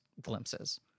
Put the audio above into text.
glimpses